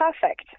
perfect